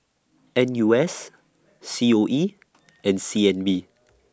N U S C O E and C N B